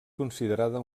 considerada